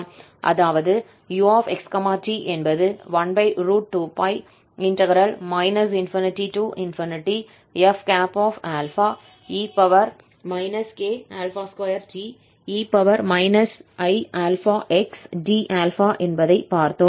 அதாவது u x t என்பது 12π ∞f e k2te i∝xd∝ என்பதை பார்த்தோம்